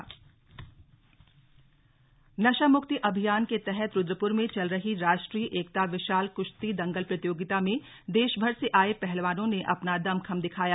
विशाल कुश्ती दंगल नशा मुक्ति अभियान के तहत रुद्रपुर में चल रही राष्ट्रीय एकता विशाल कुश्ती दंगल प्रतियोगिता में देशभर से आए पहलवानों ने अपना दमखम दिखाया